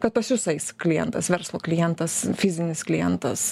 kad pas jus eis klientas verslo klientas fizinis klientas